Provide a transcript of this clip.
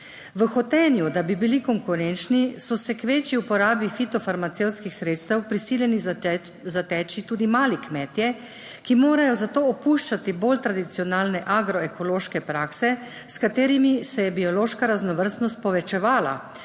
V hotenju, da bi bili konkurenčni, so se k večji uporabi fitofarmacevtskih sredstev prisiljeni zateči tudi mali kmetje, ki morajo zato opuščati bolj tradicionalne agroekološke prakse, s katerimi se je biološka raznovrstnost povečevala,